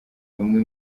bamwe